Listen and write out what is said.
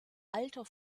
alter